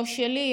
לא שלי,